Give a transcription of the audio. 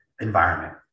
environment